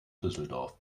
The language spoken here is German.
düsseldorf